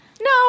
No